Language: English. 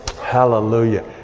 Hallelujah